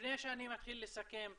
לפני שאני מתחיל לסכם,